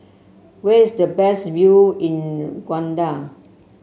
where is the best view in